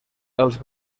els